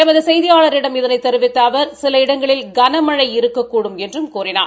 எமது செய்தியாளிடம் இதனைத் தெரிவித்த அவர் சில இடங்களில் கனமழை இருக்கக்கூடும் என்றும் அவர் கூறினார்